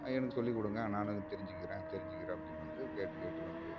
எனக்கு சொல்லிக் கொடுங்க நானும் அதை தெரிஞ்சுக்கிறேன் தெரிஞ்சுக்கிறேன் அப்படினு வந்து கேட்டு கேட்டு வந்து